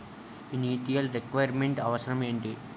Initial requirement అవసరం ఎంటి?